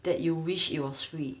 that you wish it was free